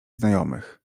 znajomych